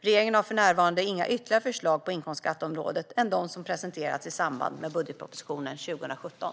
Regeringen har för närvarande inga ytterligare förslag på inkomstskatteområdet än dem som presenterats i samband med budgetpropositionen för 2017.